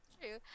true